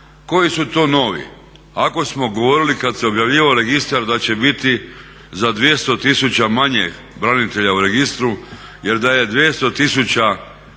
koji su to novi. Ako smo govorili kad se objavljivao registar da će biti za 200 tisuća manje branitelja u registru, jer da je 200